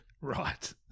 Right